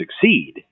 succeed